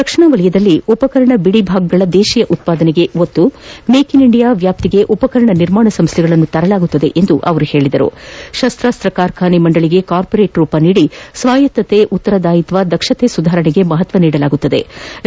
ರಕ್ಷಣಾ ವಲಯದಲ್ಲಿ ಉಪಕರಣ ಬಿಡಿಭಾಗಗಳ ದೇಶೀಯ ಉತ್ಪಾದನೆಗೆ ಒತ್ತು ಮೇಕ್ ಇನ್ ಇಂಡಿಯಾ ವ್ಯಾಪ್ತಿಗೆ ಉಪಕರಣ ನಿರ್ಮಾಣ ಸಂಸ್ಥೆಗಳು ಶಸ್ವಾಸ್ತ್ರ ಕಾರ್ಖಾನೆ ಮಂಡಳಿಗೆ ಕಾರ್ಪೋರೇಟ್ ರೂಪ ನೀಡಿ ಸ್ವಾಯತ್ತತೆ ಉತ್ತರದಾಯಿತ್ವ ದಕ್ಷತೆ ಸುಧಾರಣೆಗೆ ಮಹತ್ವ ನೀಡಲಾಗುವುದು ಎಂದರು